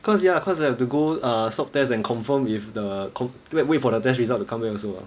cause ya cause I have to go err swab test and confirm if the co~ wait wait for the test result to come back also ah